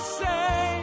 say